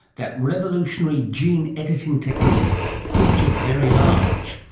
that revolutionary gene editing technique featured very large.